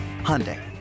Hyundai